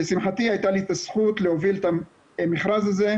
לשמחתי הייתה לי את הזכות להוביל את המכרז הזה,